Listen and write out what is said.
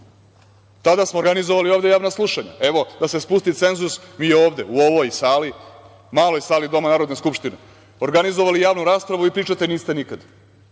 smo organizovali ovde javna slušanja, evo da se spusti cenzus, mi ovde, u ovoj sali, maloj sali doma Narodne skupštine, organizovali javnu raspravu i pričate niste nikad,